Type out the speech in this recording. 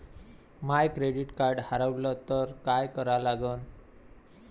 माय credit card हारवलं तर काय करा लागन?